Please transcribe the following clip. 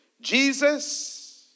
Jesus